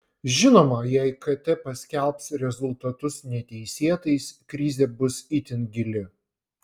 žinoma jei kt paskelbs rezultatus neteisėtais krizė bus itin gili